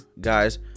guys